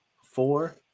four